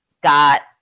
Got